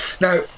Now